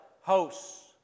hosts